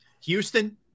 Houston